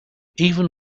even